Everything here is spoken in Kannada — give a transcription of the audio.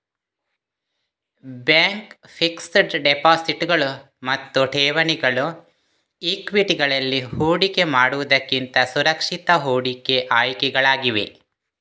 ಬ್ಯಾಂಕ್ ಫಿಕ್ಸೆಡ್ ಡೆಪಾಸಿಟುಗಳು ಮತ್ತು ಠೇವಣಿಗಳು ಈಕ್ವಿಟಿಗಳಲ್ಲಿ ಹೂಡಿಕೆ ಮಾಡುವುದಕ್ಕಿಂತ ಸುರಕ್ಷಿತ ಹೂಡಿಕೆ ಆಯ್ಕೆಗಳಾಗಿವೆ